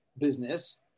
business